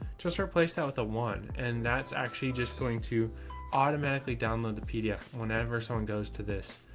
just replaced that with a one and that's actually just going to automatically download the pdf whenever someone goes to this.